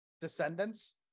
descendants